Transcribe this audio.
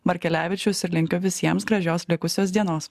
markelevičius ir linkiu visiems gražios likusios dienos